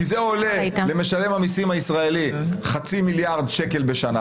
זה עולה למשלם המיסים הישראלי חצי מיליארד שקלים בשנה